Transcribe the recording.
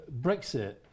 Brexit